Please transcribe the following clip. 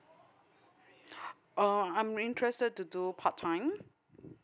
uh I'm interested to do part time